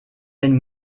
den